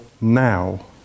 now